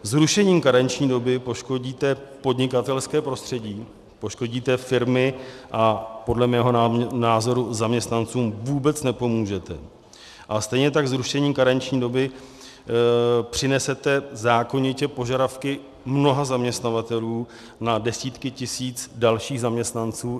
Zrušením karenční doby poškodíte podnikatelské prostředí, poškodíte firmy a podle mého názoru zaměstnancům vůbec nepomůžete a stejně tak zrušením karenční doby přinesete zákonitě požadavky mnoha zaměstnavatelů na desítky tisíc dalších zaměstnanců.